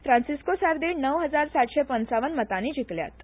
फ्रांन्सिस्को सार्दिन णव हजार सातशे पंचावन्न मतानी जिखल्यात